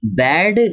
bad